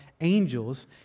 angels